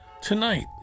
Tonight